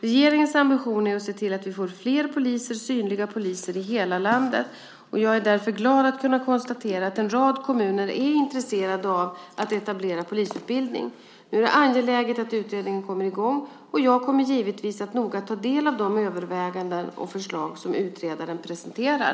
Regeringens ambition är att se till att vi får fler poliser, synliga poliser, i hela landet. Jag är därför glad att kunna konstatera att en rad kommuner är intresserade av att etablera polisutbildning. Nu är det angeläget att utredningen kommer i gång och jag kommer givetvis att noga ta del av de överväganden och förslag som utredaren presenterar.